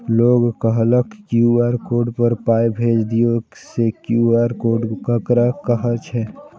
लोग कहलक QR code पर पाय भेज दियौ से क्यू.आर कोड ककरा कहै छै?